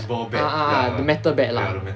ah ah ah metal bat ah